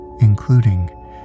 including